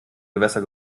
gewässer